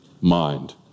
mind